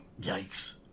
Yikes